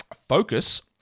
focus